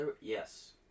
Yes